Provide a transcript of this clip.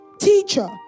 Teacher